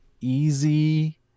easy